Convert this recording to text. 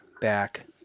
back